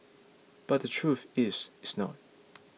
but the truth is it's not